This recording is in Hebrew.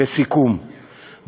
לסיכום,